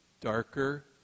darker